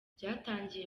byatangiye